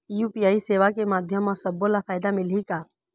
UPI सेवा के माध्यम म सब्बो ला फायदा मिलही का?